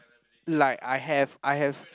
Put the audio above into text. like I have I have